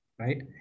right